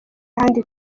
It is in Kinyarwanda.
n’ahandi